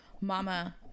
mama